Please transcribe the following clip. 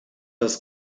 das